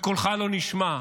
וקולך לא נשמע,